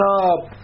up